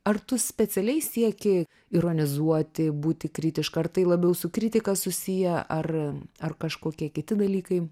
ar tu specialiai sieki ironizuoti būti kritiška ar tai labiau su kritika susiję ar ar kažkokie kiti dalykai